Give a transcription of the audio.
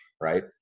right